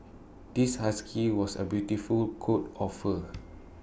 this husky was A beautiful coat of fur